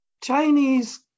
chinese